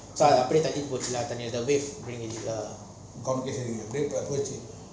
அப்பிடியே தண்ணி போச்சி ல தனியா:apidiyae thanni pochi laaah thaniya